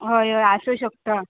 हय हय आसूं शकता